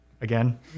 Again